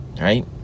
right